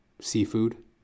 seafood